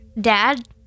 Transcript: dad